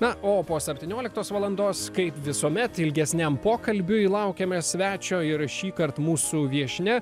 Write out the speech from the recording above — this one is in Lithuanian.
na o po septynioliktos valandos kaip visuomet ilgesniam pokalbiui laukiame svečio ir šįkart mūsų viešnia